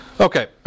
Okay